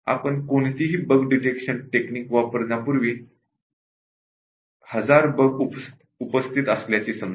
आपण कोणतीही bug detection technique वापरण्यापूर्वी 1000 बग उपस्थित असल्याचे समजू